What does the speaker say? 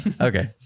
Okay